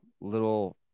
little